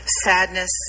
sadness